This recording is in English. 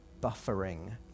buffering